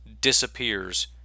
disappears